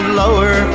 lower